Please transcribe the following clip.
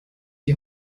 die